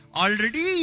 already